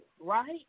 right